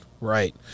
right